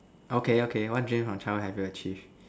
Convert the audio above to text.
okay okay what dreams from childhood have you achieved